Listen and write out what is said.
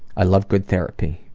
i love good therapy.